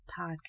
Podcast